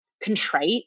contrite